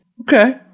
Okay